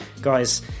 guys